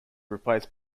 replaced